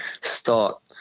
start